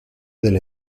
del